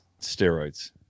Steroids